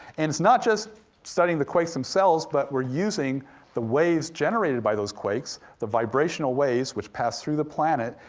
and it's not just studying the quakes themselves, but we're using the waves generated by those quakes, the vibrational waves, which pass through the planet,